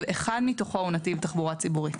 אחד מתוכו הוא נתיב תחבורה ציבורית.